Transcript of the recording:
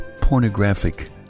pornographic